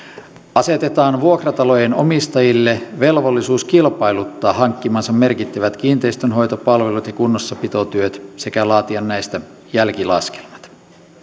asetetaan vuokratalojen omistajille velvollisuus kilpailuttaa hankkimansa merkittävät kiinteistönhoitopalvelut ja kunnossapitotyöt sekä laatia näistä jälkilaskelmat